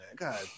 God